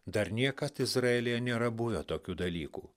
dar niekad izraelyje nėra buvę tokių dalykų